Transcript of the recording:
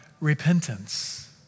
repentance